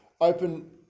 open